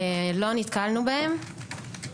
לא נתקלנו בהם.